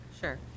Sure